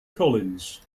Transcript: collins